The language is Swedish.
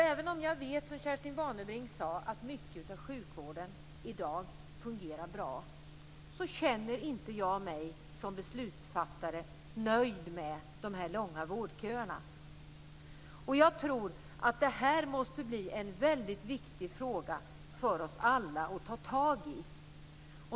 Även om jag vet, som Kerstin Warnerbring sade, att mycket av sjukvården i dag fungerar bra känner jag mig som beslutsfattare inte nöjd med de här långa vårdköerna. Jag tror att det här måste bli en mycket viktig fråga för oss alla att ta tag i.